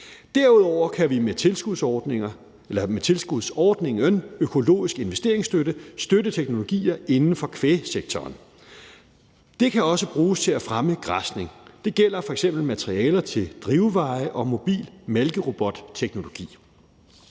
Derudover kan vi med tilskudsordningen om økologisk investeringsstøtte støtte teknologier inden for kvægsektoren. Det kan også bruges til at fremme græsning. Det gælder f.eks. materialer til drivveje og mobil malkerobotteknologi.